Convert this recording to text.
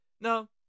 No